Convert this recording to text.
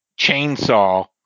chainsaw